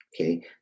okay